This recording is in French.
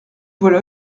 voilà